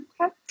Okay